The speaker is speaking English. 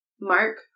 Mark